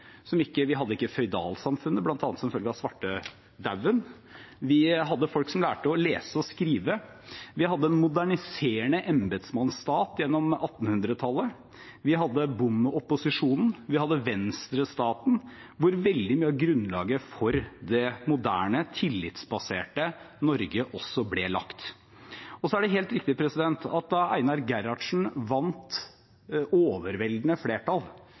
Vi hadde ikke føydalsamfunnet, bl.a. som følge av svartedauden. Vi hadde folk som lærte å lese og skrive. Vi hadde en moderniserende embetsmannsstat gjennom 1800-tallet. Vi hadde bondeopposisjonen. Vi hadde venstrestaten, hvor veldig mye av grunnlaget for det moderne, tillitsbaserte Norge ble lagt. Det er helt riktig at da Einar Gerhardsen vant overveldende flertall